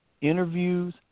interviews